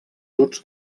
tots